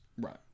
Right